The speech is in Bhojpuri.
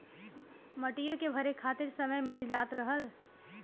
मटियो के भरे खातिर समय मिल जात रहल